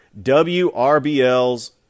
WRBL's